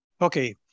Okay